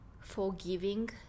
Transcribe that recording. forgiving